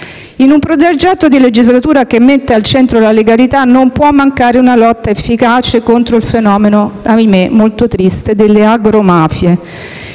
In un progetto di legislatura che mette al centro la legalità non può mancare una lotta efficace contro il fenomeno - ahimè molto triste - delle agromafie.